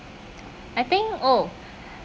I think oh